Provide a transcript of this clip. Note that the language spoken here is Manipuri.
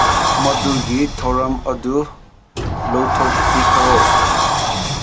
ꯃꯗꯨꯒꯤ ꯊꯧꯔꯝ ꯑꯗꯨ ꯂꯧꯊꯣꯛꯄꯤꯈꯔꯣ